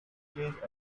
changed